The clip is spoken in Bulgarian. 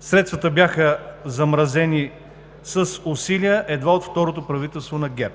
Средствата бяха размразени с усилия едва от второто правителство на ГЕРБ.